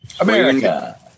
America